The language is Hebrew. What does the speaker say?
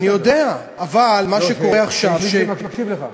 אני יודע, אבל מה שקורה עכשיו, יש מי שמקשיב לך.